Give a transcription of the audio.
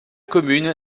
commune